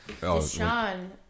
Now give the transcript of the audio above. Sean